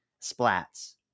splats